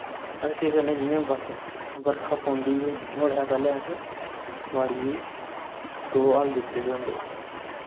अस केह् करने जि'यां बस बरखा पौंदी ऐ नुआढ़े हा पैह्लें अस बाड़िये दो हाल दित्ते दे होंदे